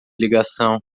ligação